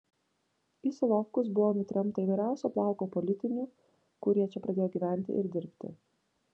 į solovkus buvo nutremta įvairiausio plauko politinių kurie čia pradėjo gyventi ir dirbti